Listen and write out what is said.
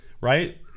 right